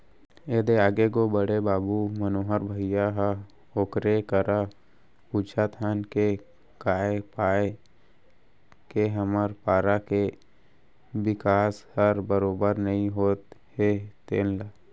ए दे आगे गो बड़े बाबू मनोहर भइया ह ओकरे करा पूछत हन के काय पाय के हमर पारा के बिकास हर बरोबर नइ होत हे तेन ल